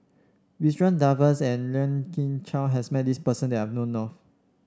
Ridzwan Dzafir and Lien Ying Chow has met this person that I know of